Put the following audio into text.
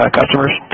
customers